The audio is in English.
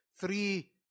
three